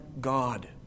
God